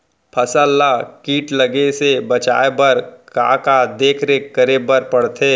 फसल ला किट लगे से बचाए बर, का का देखरेख करे बर परथे?